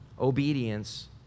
obedience